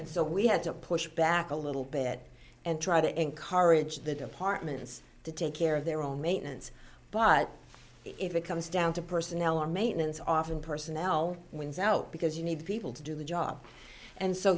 and so we had to push back a little bit and try to encourage the departments to take care of their own maintenance but if it comes down to personnel or maintenance often personnel wins out because you need people to do the job and so